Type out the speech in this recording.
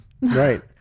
Right